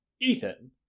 Ethan